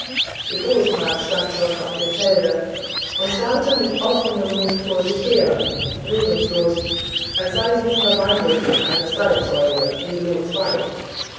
die großmagd stand schon auf dem felde und starrte mit offnem munde vor sich her regungslos als sei sie verwandelt in eine salzsäule wie lots weib